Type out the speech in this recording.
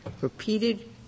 repeated